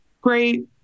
Great